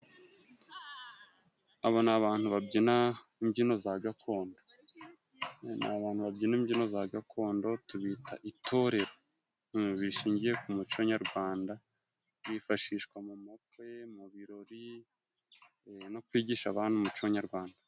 Abo ni abantu babyina imbyino za gakondo. Ni abantu babyina imbyino za gakondo tubita itorero. Bishingiye ku muco nyarwanda, bifashishwa mu makwe, mu birori, no kwigisha abana umuco nyarwanda.